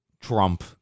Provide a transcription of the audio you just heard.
Trump